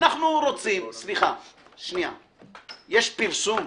יש פרסום,